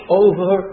over